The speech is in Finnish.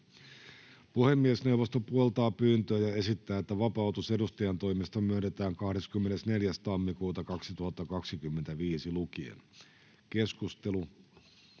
Puhemiesneuvosto puoltaa pyyntöä ja esittää, että vapautus edustajantoimesta myönnetään 24.1.2025 lukien. [Speech